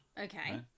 Okay